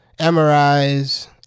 MRIs